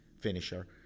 finisher